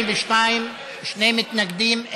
42, שני מתנגדים,